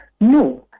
No